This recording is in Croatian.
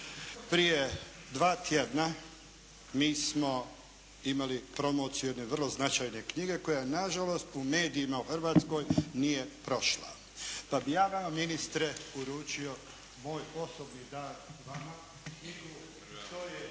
prije dva tjedna mi smo imali promociju jedne vrlo značajne knjige koja na žalost u medijima u Hrvatskoj nije prošla pa bi ja vama ministre uručio moj osobni dar vama, knjigu, to je